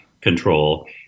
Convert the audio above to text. control